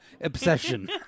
obsession